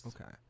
Okay